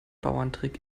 bauerntrick